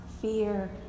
fear